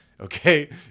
okay